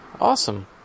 Awesome